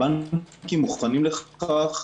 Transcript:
הבנקים מוכנים לכך,